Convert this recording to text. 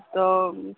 ओ